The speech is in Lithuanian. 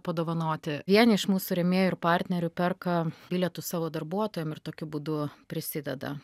padovanoti vieni iš mūsų rėmėjų ir partnerių perka bilietus savo darbuotojam ir tokiu būdu prisideda